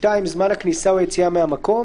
זמן הכניסה או היציאה מהמקום,